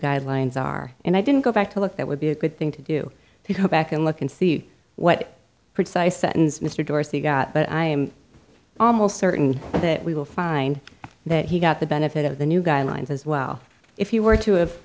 guidelines are and i didn't go back to look that would be a good thing to do to go back and look and see what precise sentence mr dorsey got but i'm almost certain that we will find that he got the benefit of the new guidelines as well if you were to of